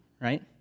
right